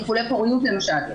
טיפולי פוריות למשל,